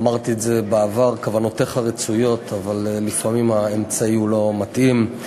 אמרתי את זה בעבר: כוונותיך רצויות אבל לפעמים האמצעי לא מתאים.